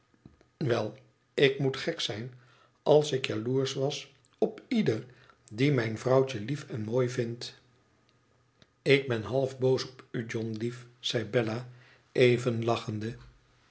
wel ik moest gek zijn als ik jaloersch was op ieder die mijn vrouwtje lief en mooi vindt ik ben half boos op u john lief zei bella even lachende